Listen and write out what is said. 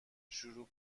شروع